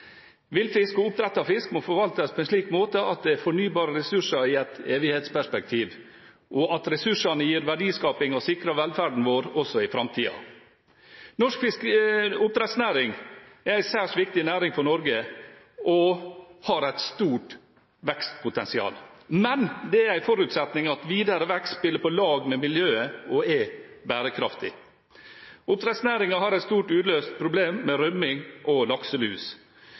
og oppdrettet fisk må forvaltes på en slik måte at det er fornybare ressurser i et evighetsperspektiv, og at ressursene gir verdiskaping og sikrer velferden vår også i framtida. Norsk oppdrettsnæring er en særs viktig næring for Norge, og har et stort vekstpotensial, men det er en forutsetning at videre vekst spiller på lag med miljøet og er bærekraftig. Oppdrettsnæringen har et stort uløst problem med rømming og lakselus, og vi vet det er konflikt mellom villaksaktører og fiskeoppdrettere om lakselus.